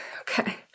Okay